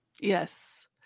Yes